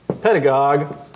pedagogue